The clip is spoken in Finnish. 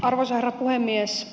arvoisa herra puhemies